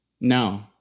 No